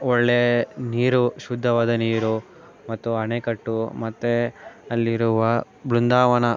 ಒಳ್ಳೆಯ ನೀರು ಶುದ್ಧವಾದ ನೀರು ಮತ್ತು ಅಣೆಕಟ್ಟು ಮತ್ತೆ ಅಲ್ಲಿರುವ ಬೃಂದಾವನ